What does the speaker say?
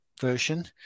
version